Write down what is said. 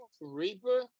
Reaper